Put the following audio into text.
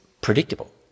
predictable